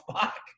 fuck